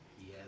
Yes